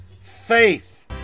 faith